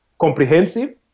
comprehensive